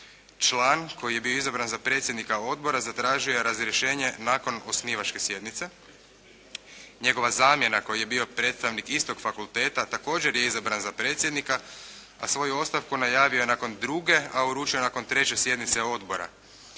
član koji je bio izabran za predsjednika odbora zatražio je razrješenje nakon osnivačke sjednice. Njegova zamjena koji je predstavnik istog fakulteta također je izabran za predsjednika, a svoju ostavku najavio je nakon druge, a uručio nakon treće sjednice Odbora.